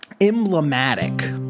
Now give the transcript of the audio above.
emblematic